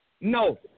No